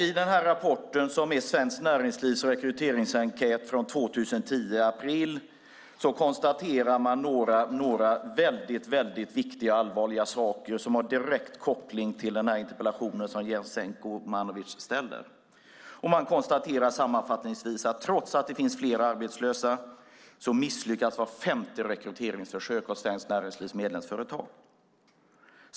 I rapporten, som är Svenskt Näringslivs rekryteringsenkät från april 2010, konstaterar man några väldigt viktiga och allvarliga saker som har direkt koppling till den interpellation Jasenko Omanovic ställer. Man konstaterar sammanfattningsvis att trots att det finns fler arbetslösa så misslyckas var femte rekryteringsförsök av Svenskt Näringslivs medlemsföretag.